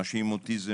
אנשים עם אוטיזם,